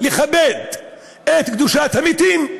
לכבד את קדושת המתים.